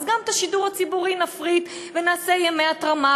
אז גם את השידור הציבורי נפריט ונעשה ימי התרמה,